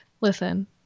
listen